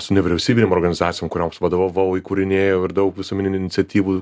su nevyriausybinėm organizacijom kurioms vadovavau įkūrinėjau ir daug visuomeninių iniciatyvų